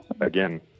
Again